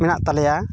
ᱢᱮᱱᱟᱜ ᱛᱟᱞᱮᱭᱟ